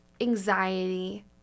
anxiety